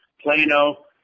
Plano